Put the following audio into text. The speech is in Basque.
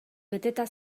beteta